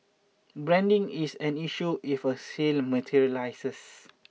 branding is an issue if a sale materialises